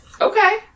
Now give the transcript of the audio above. Okay